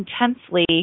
intensely